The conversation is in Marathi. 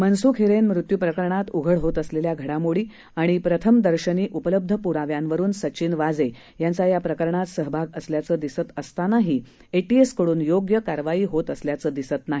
मनसूख हिरेन मृत्यूप्रकरणात उघड होत असलेल्या घडामोडी आणि प्रथमदर्शनी उपलब्ध पुराव्यांवरून सचिन वाझे यांचा या प्रकरणात सहभाग असल्याचं दिसत असतानाही एटीएसकडून योग्य कारवाई होत असल्याचं दिसत नाही